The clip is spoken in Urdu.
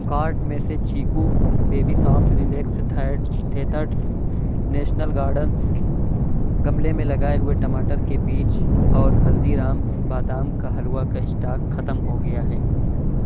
کارٹ میں سے Chicco baby soft relax teethers national gardens گملے میں لگائے ہوئے ٹماٹر کے بیج اور ہلدی رامز بادام کا حلوہ کا اسٹاک ختم ہو گیا ہے